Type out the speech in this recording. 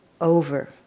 over